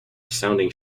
sounding